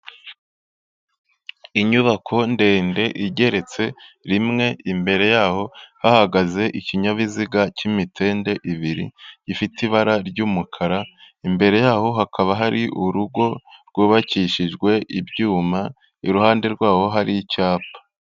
Inyubako ndende igeretse rimwe, imbere yaho hahagaze ikinyabiziga k'imitende ibiri, gifite ibara ry'umukara, imbere yaho hakaba hari urugo rwubakishijwe ibyuma, iruhande rwaho hari icyapa.